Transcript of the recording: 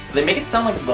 they make it some